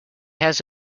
has